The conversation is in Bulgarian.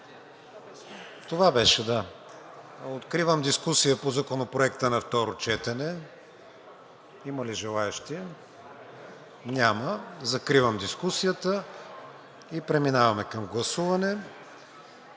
Това беше, да. Откривам дискусия по Законопроекта на второ четене. Има ли желаещи? Няма. Закривам дискусията. Преминаваме към гласуване